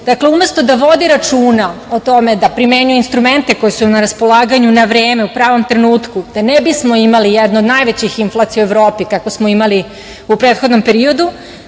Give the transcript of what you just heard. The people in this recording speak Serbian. Dakle, umesto da vodi računa o tome da primenjuje instrumente koji su na raspolaganju na vreme u pravom trenutku da ne bismo imali jednu od najvećih inflaciju u Evropi, kakvu smo imali u prethodnom periodu,